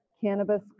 cannabis